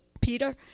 Peter